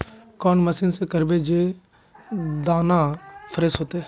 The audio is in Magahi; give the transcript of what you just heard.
कौन मशीन से करबे जे दाना फ्रेस होते?